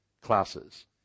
classes